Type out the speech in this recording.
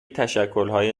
تشکلهای